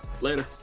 Later